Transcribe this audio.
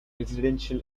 residential